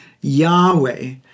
Yahweh